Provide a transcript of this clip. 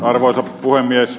arvoisa puhemies